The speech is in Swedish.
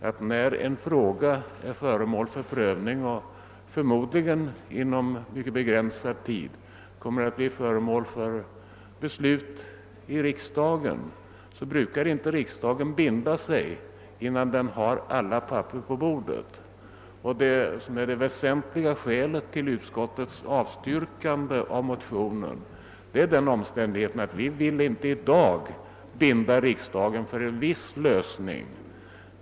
Men när en fråga ligger under prövning och förmodligen inom en mycket begränsad tid kommer att bli föremål för beslut av riksdagen, så brukar ju inte riksdagen binda sig, innan den har alla papper på bordet. Det väsentliga skälet till utskottets avstyrkande av motionen är alltså, att vi inte i dag vill binda riksdagen för en viss lösning.